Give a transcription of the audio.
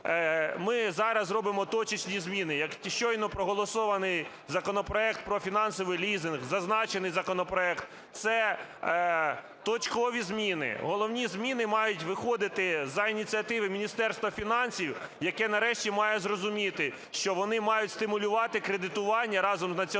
ми зараз робимо точечні зміни, як і щойно проголосований законопроект про фінансовий лізинг. Зазначений законопроект – це точкові зміни. Головні зміни мають виходити за ініціативи Міністерства фінансів, яке нарешті має зрозуміти, що вони мають стимулювати кредитування разом з Національним